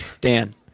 Dan